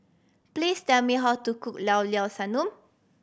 please tell me how to cook Llao Llao Sanum